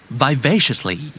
vivaciously